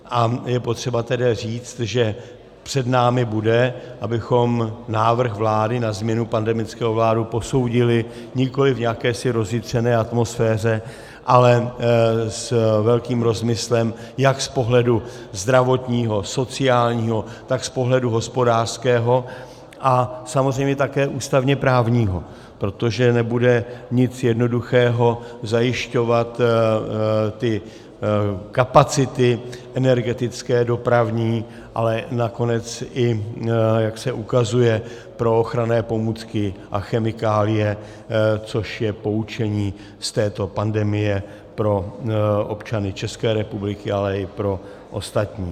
A je potřeba tedy říct, že před námi bude, abychom návrh vlády na změnu pandemického plánu posoudili nikoliv v jakési rozjitřené atmosféře, ale s velkým rozmyslem jak z pohledu zdravotního, sociálního, tak z pohledu hospodářského a samozřejmě také ústavněprávního, protože nebude nic jednoduchého zajišťovat ty kapacity energetické, dopravní, ale nakonec, jak se ukazuje, i pro ochranné pomůcky a chemikálie, což je poučení z této pandemie pro občany České republiky, ale i pro ostatní.